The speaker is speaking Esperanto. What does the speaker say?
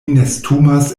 nestumas